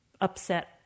upset